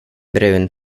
brun